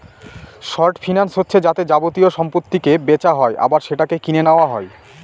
short finance হচ্ছে যাতে যাবতীয় সম্পত্তিকে বেচা হয় আবার সেটাকে কিনে নেওয়া হয়